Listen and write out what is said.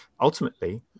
ultimately